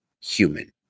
human